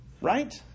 Right